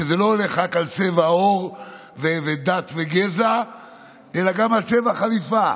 שזה לא הולך רק על צבע עור ודת וגזע אלא גם על צבע חליפה.